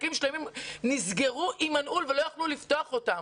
ועסקים שלמים נסגרו עם מנעול ולא יכלו לפתוח אותם.